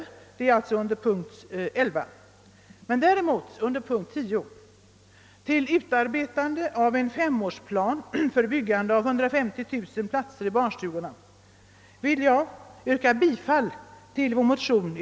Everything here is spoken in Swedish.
När det däremot gäller punkt 10 vill jag yrka bifall till vår motion vad avser utarbetandet av en femårsplan för byggande av 150 000 barnstugeplatser.